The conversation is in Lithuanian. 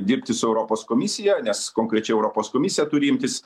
dirbti su europos komisija nes konkrečiai europos komisija turi imtis